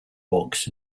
box